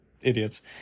idiots